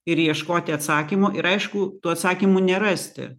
ir ieškoti atsakymų ir aišku tų atsakymų nerasti